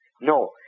No